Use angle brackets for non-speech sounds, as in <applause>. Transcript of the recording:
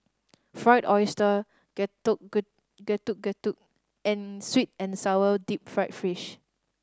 Fried Oyster getuk <unintelligible> Getuk Getuk and sweet and sour deep fried fish